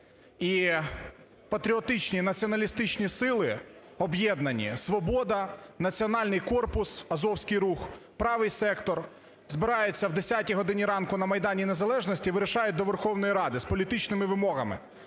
і патріотичні, націоналістичні сили об'єднані: "Свобода", "Національний корпус" (Азовський рух), "Правий сектор" – збираються о 10 годині ранку на Майдані Незалежності, вирушають до Верховної Ради з політичними вимогами.